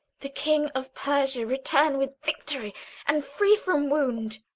the king of persia, return with victory and free from wound!